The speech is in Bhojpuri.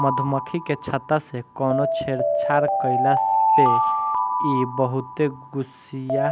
मधुमक्खी के छत्ता से कवनो छेड़छाड़ कईला पे इ बहुते गुस्सिया